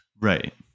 Right